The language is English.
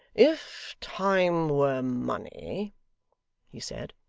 if time were money he said,